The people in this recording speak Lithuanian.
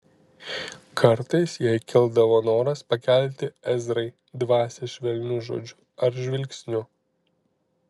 kartais jai kildavo noras pakelti ezrai dvasią švelniu žodžiu ar žvilgsniu